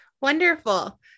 Wonderful